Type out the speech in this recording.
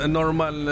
normal